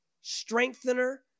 strengthener